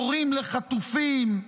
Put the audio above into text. הורים לחטופים?